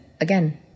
again